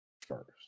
first